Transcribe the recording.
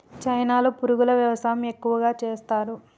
చైనాలో పురుగుల వ్యవసాయం ఎక్కువగా చేస్తరు